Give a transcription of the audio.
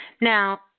Now